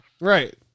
Right